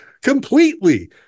completely